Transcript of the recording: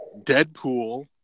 Deadpool